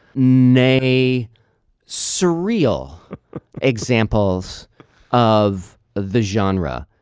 ney surreal examples of the genre.